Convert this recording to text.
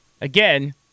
Again